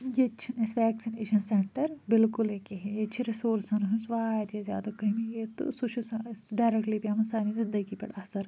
ییٚتہِ چھِنہٕ اسہِ ویٚکسِنیشَن سیٚنٹَر بلکُلٕے کِہیٖنۍ ییٚتہِ چھِ رِسورسَن ہنٛز واریاہ زیادٕ کٔمی ییٚتہِ تہٕ سُہ چھُ ڈایریٚکٹٕلی پیٚوان سانہِ زندگی پٮ۪ٹھ اَثر